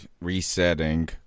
resetting